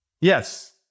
Yes